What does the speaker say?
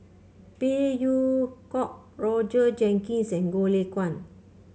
Phey Yew Kok Roger Jenkins and Goh Lay Kuan